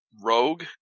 rogue